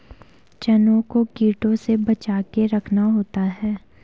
चनों को कीटों से बचाके रखना होता है